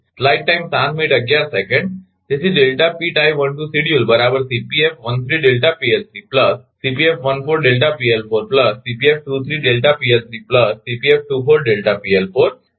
તેથી બરાબર તેથી